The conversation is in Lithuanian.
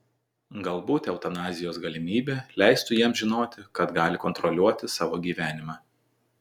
galbūt eutanazijos galimybė leistų jiems žinoti kad gali kontroliuoti savo gyvenimą